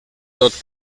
tot